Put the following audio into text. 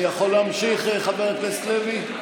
אני יכול להמשיך, חבר הכנסת לוי?